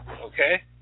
Okay